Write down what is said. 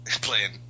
playing